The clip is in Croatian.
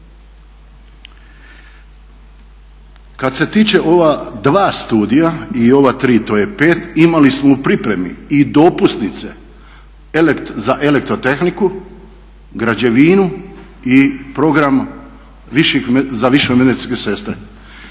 Kad se tiče ova dva studija i ova tri to je pet imali smo u pripremi i dopusnice za elektrotehniku, građevinu i program za više medicinske sestre.